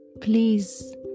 Please